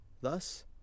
Thus